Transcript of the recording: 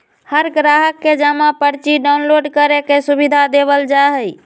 हर ग्राहक के जमा पर्ची डाउनलोड करे के सुविधा देवल जा हई